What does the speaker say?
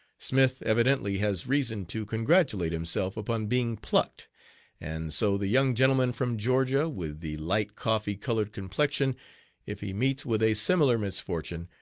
smith evidently has reason to congratulate himself upon being plucked and so the young gentleman from georgia, with the light, coffee-colored complexion if he meets with a similar misfortune,